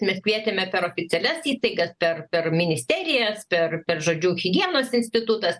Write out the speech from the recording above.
mes kvietėme per oficialias įstaigas per per ministerijas per žodžiu higienos institutas